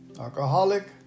alcoholic